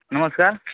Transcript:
ନମସ୍କାର